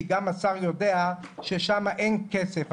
כי גם השר יודע ששם אין כסף.